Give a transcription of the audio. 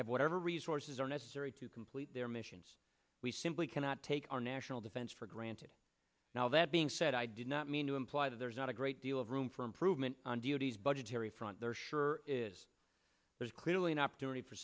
have whatever resources are necessary to complete their missions we simply cannot take our national defense for granted now that being said i did not mean to imply that there is not a great deal of room for improvement on duties budgetary front there sure is there's clearly an opportunity for